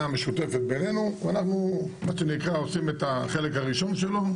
משותפת בינינו ואנחנו מה שנקרא עושים את החלק הראשון שלו,